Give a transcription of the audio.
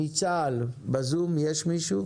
שלושה,